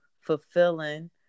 fulfilling